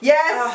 Yes